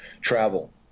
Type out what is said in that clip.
travel